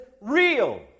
real